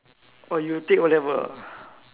oh you take O-level ah